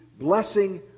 blessing